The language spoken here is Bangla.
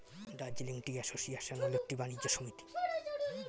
দার্জিলিং টি অ্যাসোসিয়েশন হল একটি বাণিজ্য সমিতি